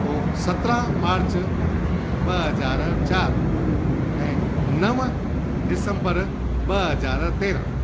पोइ सतरहां मार्च ॿ हज़ार चारि ऐं नव डिसम्बर ॿ हज़ार तेरहां